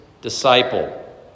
disciple